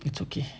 it's okay